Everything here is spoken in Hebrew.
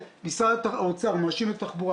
שמשרד האוצר מאשים את משרד התחבורה